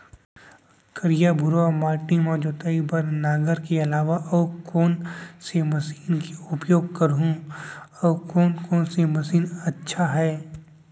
करिया, भुरवा माटी म जोताई बार नांगर के अलावा अऊ कोन से मशीन के उपयोग करहुं अऊ कोन कोन से मशीन अच्छा है?